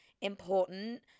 important